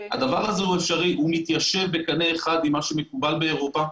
הדבר הזה הוא אפשרי והוא מתיישב בקנה אחד עם מה שמקובל באירופה.